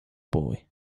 boy